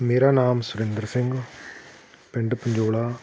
ਮੇਰਾ ਨਾਮ ਸੁਰਿੰਦਰ ਸਿੰਘ ਪਿੰਡ ਪੰਜੋਲਾ